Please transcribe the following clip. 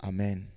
Amen